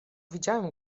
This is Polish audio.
widziałem